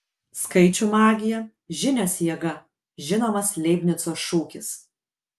skaičių magija žinios jėga žinomas leibnico šūkis